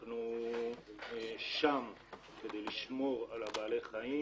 אנחנו שם כדי לשמור על השטח ועל בעלי החיים